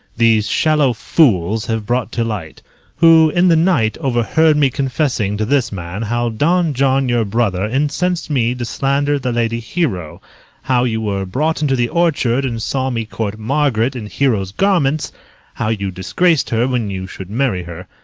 these shallow fools have brought to light who, in the night overheard me confessing to this man how don john your brother incensed me to slander the lady hero how you were brought into the orchard and saw me court margaret in hero's garments how you disgraced her, when you should marry her.